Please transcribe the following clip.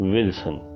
Wilson